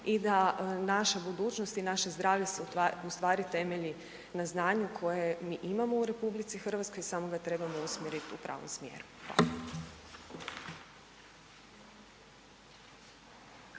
i da naša budućnost i naše zdravlje ustvari temelji na znanju koje mi imamo u RH samo ga trebamo usmjeriti u pravom smjeru.